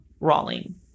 Rawling